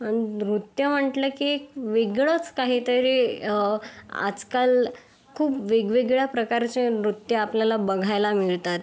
आणि नृत्य म्हटलं की वेगळंच काहीतरी आजकाल खूप वेगवेगळ्या प्रकारचे नृत्य आपल्याला बघायला मिळतात